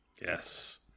Yes